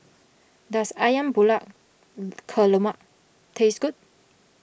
does Ayam Buah taste good